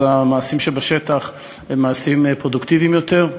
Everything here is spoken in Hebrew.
המעשים בשטח הם מעשים פרודוקטיביים יותר,